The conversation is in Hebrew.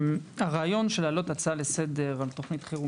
הרעיון של להעלות הצעה לסדר על תוכנית חירום